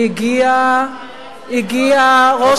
והגיע ראש ממשלה,